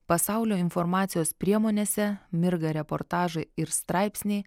pasaulio informacijos priemonėse mirga reportažai ir straipsniai